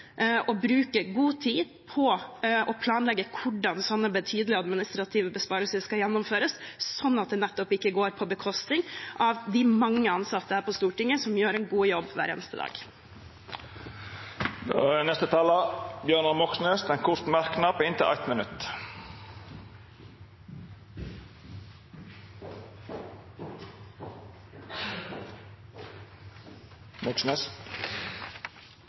å bruke god tid på å planlegge hvordan slike «betydelige administrative besparelser» skal gjennomføres, slik at det nettopp ikke går på bekostning av de mange ansatte her på Stortinget, som gjør en god jobb hver eneste dag. Representanten Bjørnar Moxnes har hatt ordet to gonger tidlegare og får ordet til ein kort merknad, avgrensa til 1 minutt.